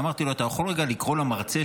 ואמרתי לו: אתה יכול רגע לקרוא למרצה,